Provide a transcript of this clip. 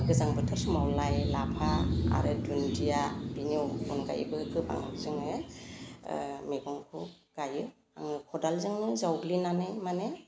गोजां बोथोर समाव लाइ लाफा आरो दुन्दिया बिनि अनगायैबो गोबां जोङो मैगंखौ गायो आङो खदालजोंनो जावग्लिनानै माने